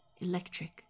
electric